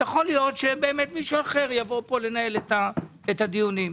יכול להיות שמישהו אחר יבוא לנהל את הדיונים פה.